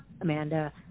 Amanda